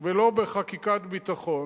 ולא בחקיקת ביטחון,